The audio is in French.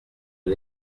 est